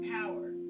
power